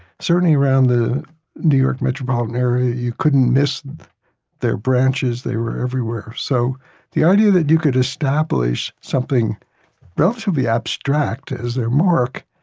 certainly around the new york metropolitan area you couldn't miss their branches. they were everywhere. so the idea that you could establish something relatively abstract as their mark,